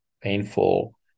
painful